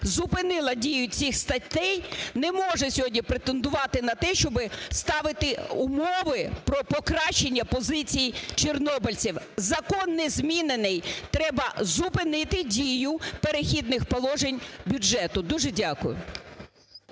зупинила дію цих статей, не може сьогодні претендувати на те, щоби ставити умови про покращання позицій чорнобильців. Закон не змінений, треба зупинити дію Перехідних положень бюджету. Дуже дякую.